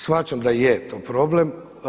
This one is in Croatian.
Shvaćam da je to problem.